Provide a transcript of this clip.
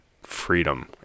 freedom